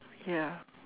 ya